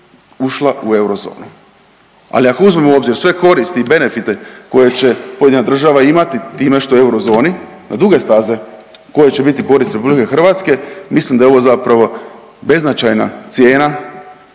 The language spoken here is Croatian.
ušla u Eurozonu. Ali ako uzmemo u obzir sve koristi i benefite koje će pojedina država imati time što je u Eurozoni na duge staze, koje će biti koristi RH, mislim da je ovo zapravo beznačajna cijena,